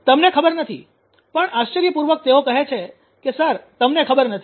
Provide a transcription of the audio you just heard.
તમને ખબર નથી પણ આશ્ચર્યપૂર્વક તેઓ કહે છે કે સર તમને ખબર નથી